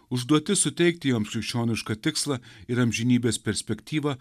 užduotis suteikti joms krikščionišką tikslą ir amžinybės perspektyvą